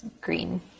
green